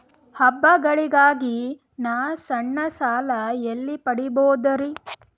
ಹಬ್ಬಗಳಿಗಾಗಿ ನಾ ಸಣ್ಣ ಸಾಲ ಎಲ್ಲಿ ಪಡಿಬೋದರಿ?